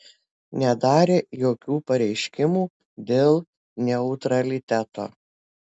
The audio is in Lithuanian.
nedarė jokių pareiškimų dėl neutraliteto